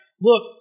look